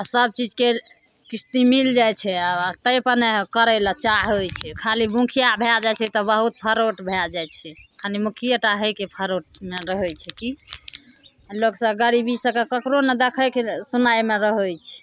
सबचीजके किस्ती मिल जाइ छै आ ताहि पर नहि करै लए चाहै छै खाली मुखिया भए जाइ छै तऽ बहुत फरोट भए जाइ छै खाली मुखिये टा होइके फरोटमे रहै छै कि लोक सब गरीबी सबके ककरो नहि देखैके सुनाइमे रहै छै